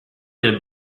del